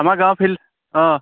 আমাৰ গাঁৱৰ ফিল্ড অঁ